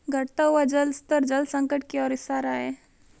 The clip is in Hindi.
घटता हुआ जल स्तर जल संकट की ओर इशारा है